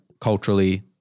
culturally